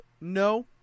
No